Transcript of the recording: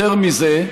יותר מזה.